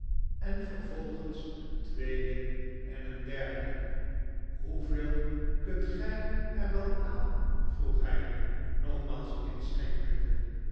en vervolgens een tweede en een derde shoeveel kunt gij er wel aan vroeg hij nogmaals inschenkende